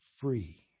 free